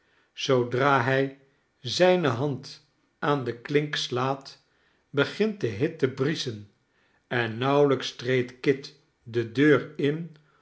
zoodra hij zijne hand aan de klink slaat begint de hit te brieschen en nauwelijks treedt kit de deur in